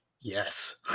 Yes